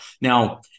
Now